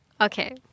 Okay